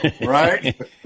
right